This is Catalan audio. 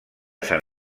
sant